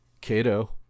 Cato